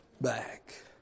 back